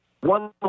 One